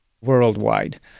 worldwide